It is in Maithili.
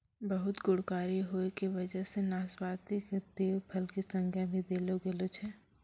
बहुत गुणकारी होय के वजह सॅ नाशपाती कॅ देव फल के संज्ञा भी देलो गेलो छै